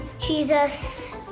Jesus